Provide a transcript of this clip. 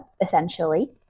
essentially